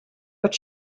but